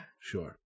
sure